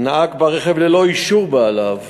נהג ברכב ללא אישור בעליו.